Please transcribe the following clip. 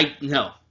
no